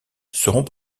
seront